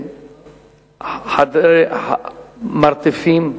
בחדרי מרתפים,